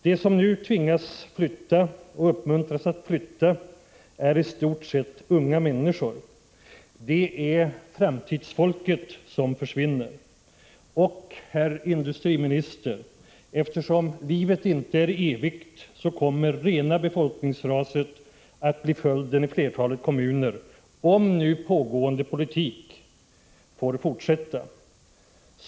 De som nu tvingas och som uppmuntras att flytta är i stort sett unga människor. Det är framtidsfolket som försvinner. Och, herr industriminister, eftersom livet inte är evigt kommer rena befolkningsraset att bli följden i flertalet kommuner om den nu pågående politiken får fortsätta.